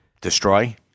destroy